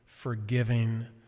Forgiving